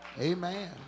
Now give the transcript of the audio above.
Amen